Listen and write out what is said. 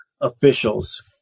officials